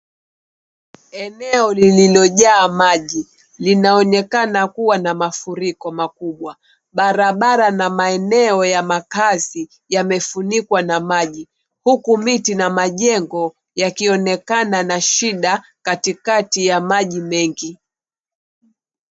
Eneo lililojaa maji linaonekana kuwa na mafuriko makubwa, barabara na maeneo ya makazi yamefunikwa huku, miti na majengo yakionekana kwa shida katikati ya maji mengi.